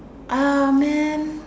ah man